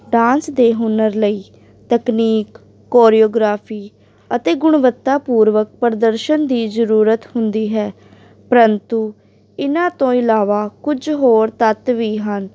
dance ਦੇ ਹੁਨਰ ਲਈ ਤਕਨੀਕ ਕੋਰੀਓਗ੍ਰਾਫੀ ਅਤੇ ਗੁਣਵੱਤਾ ਪੂਰਵਕ ਪ੍ਰਦਰਸ਼ਨ ਦੀ ਜ਼ਰੂਰਤ ਹੁੰਦੀ ਹੈ ਪਰੰਤੂ ਇਹਨਾਂ ਤੋਂ ਇਲਾਵਾ ਕੁਝ ਹੋਰ ਤੱਤ ਵੀ ਹਨ